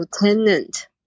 Lieutenant